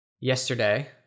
yesterday